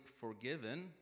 forgiven